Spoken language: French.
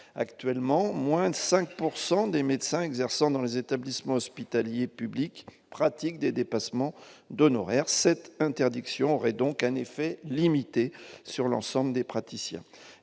actuellement moins de 5 pour 100 100 des médecins exerçant dans les établissements hospitaliers publics pratiquent des dépassements d'honoraires, cette interdiction aurait donc un effet limité sur l'ensemble des praticiens,